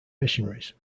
missionaries